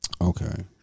Okay